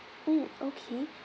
mm okay